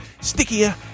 stickier